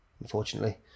unfortunately